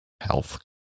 health